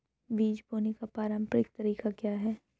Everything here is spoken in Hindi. बीज बोने का पारंपरिक तरीका क्या है?